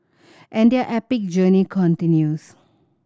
and their epic journey continues